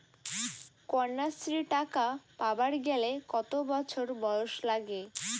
কন্যাশ্রী টাকা পাবার গেলে কতো বছর বয়স লাগে?